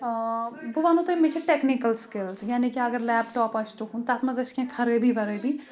بہٕ وَنو تۄہہِ مےٚ چھِ ٹؠکنِکل سِکِلٕز یعنی کہِ اَگر لؠپٹاپ آسہِ تُہُنٛد تَتھ منٛز آسہِ کینٛہہ خرٲبی وَرٲبی